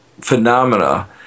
phenomena